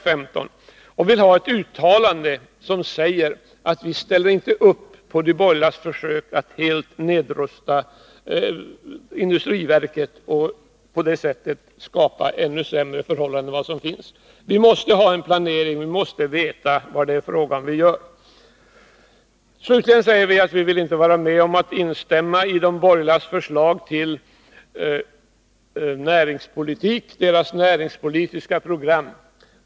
Vi vill ha ett uttalande som säger att vi inte ställer upp på de borgerligas försök att helt nedrusta industriverket och på det sättet skapa ännu sämre förhållanden än som nu råder. Vi måste ha en planering, vi måste veta vad vi gör. Vi vill inte vara med om att instämma i de borgerligas förslag till näringspolitik — deras näringspolitiska program.